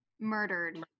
murdered